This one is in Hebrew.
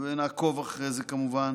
ונעקוב אחרי זה, כמובן